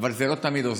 אבל זה לא תמיד עוזר.